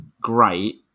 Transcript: great